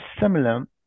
similar